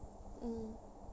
mm